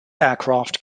aircraft